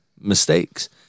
mistakes